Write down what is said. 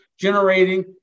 generating